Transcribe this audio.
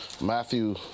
Matthew